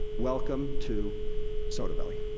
welcome to soda belly.